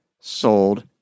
sold